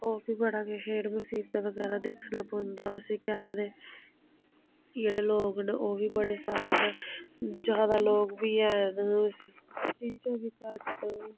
होर बी बड़ा किश जेह्ड़ा मसीबतां बगैरा दिक्खना पौंदा उसी केह् आखदे जेह्ड़े लोग ओह् बी बड़े सारे ज्यादा लोग बी हैन चीज़ां बी घट्ट